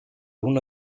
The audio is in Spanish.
uno